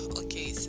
okay